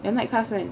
at night class meh